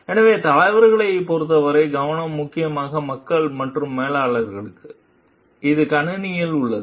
எனவே தலைவர்களைப் பொறுத்தவரை கவனம் முக்கியமாக மக்கள் மற்றும் மேலாளர்களுக்கு இது கணினியில் உள்ளது